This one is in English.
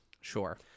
Sure